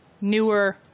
newer